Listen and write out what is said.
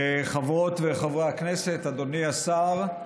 חברות וחברי הכנסת, אדוני השר,